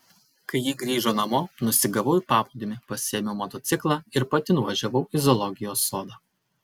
kai ji grįžo namo nusigavau į paplūdimį pasiėmiau motociklą ir pati nuvažiavau į zoologijos sodą